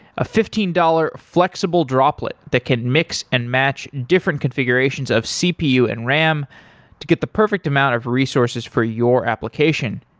a fifteen dollars flexible droplet that can mix and match different configurations of cpu and ram to get the perfect amount of resources for your application.